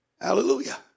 Hallelujah